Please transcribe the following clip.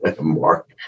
Mark